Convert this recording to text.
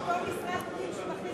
זה אותו משרד פנים שמכניס,